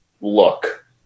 look